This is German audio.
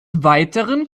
weiteren